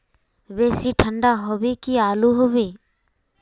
बेसी ठंडा होबे की आलू होबे